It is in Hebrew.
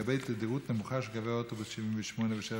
לגבי תדירות נמוכה של קווי אוטובוס 78 ו-7